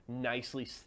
nicely